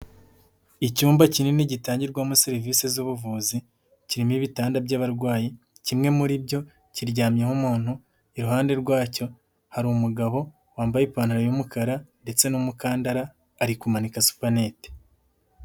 Icyumba kinini gitangirwamo serivisi z'ubuvuzi, kirimo ibitanda by'abarwayi, kimwe muri byo kiryamyeho umuntu, iruhande rwacyo hari mu umugabo wambaye ipantaro y'umukara ndetse n'umukandara, ari kumanika supanete.